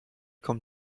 kommt